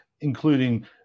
including